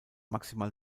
maximal